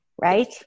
right